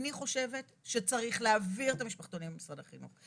אני חושבת שצריך להעביר את המשפחתונים למשרד החינוך.